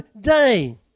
day